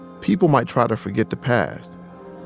people might try to forget the past,